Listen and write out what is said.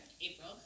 April